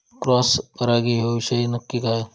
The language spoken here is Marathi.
क्रॉस परागी ह्यो विषय नक्की काय?